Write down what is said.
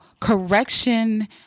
correction